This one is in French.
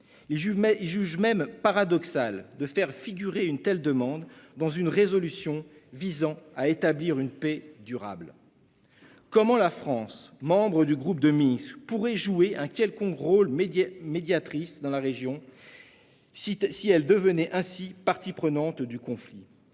Il juge même paradoxal de faire figurer une telle demande dans une résolution « visant à établir une paix durable ». Comment la France, membre du groupe de Minsk, pourrait-elle jouer un quelconque rôle de médiateur dans la région, si elle devenait ainsi partie prenante au conflit ?